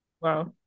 wow